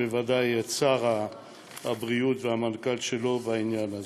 בוודאי שר הבריאות והמנכ"ל שלו בעניין הזה.